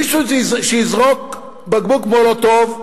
מישהו שיזרוק בקבוק מולוטוב,